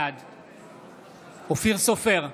בעד אופיר סופר,